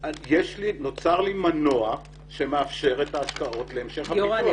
נוצר לי מנוע שמאפשר את ההשקעות להמשך הפיתוח.